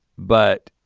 but